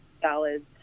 salads